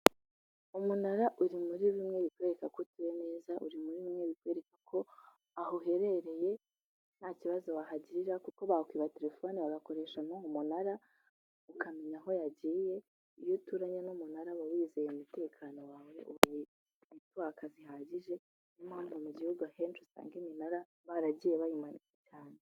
Umunara uri muri bimwe kwereka ko uteye neza. Uri muri mwe bikwereka ko aho uherereye ko nta kibazo wahagirira, kuko bakwiba telefone bagakoresha mo umunara ukamenya aho yagiye. Iyo uturanye n'umunara uba wizeye umutekano wawe, ukaba ufite netiwake zihagije. Ni yo mpamvu rero mu Gihugu ahenshi usanga iminara baragiye bayimanika cyane.